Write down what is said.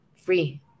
free